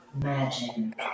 Imagine